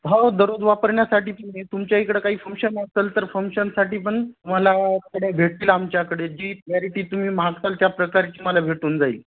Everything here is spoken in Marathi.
हा म्हणजे दररोज वापरण्यासाठी तुम्ही तुमच्या इकडं काही फंक्शन असेल तर फंक्शनसाठी पण तुम्हाला इकडे भेटतील आमच्याकडे जी व्हरायटी तुम्ही म्हणाल त्या प्रकारची तूम्हाला भेटून जाईल